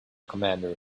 commander